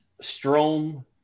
Strom